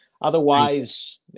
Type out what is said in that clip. Otherwise